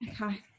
okay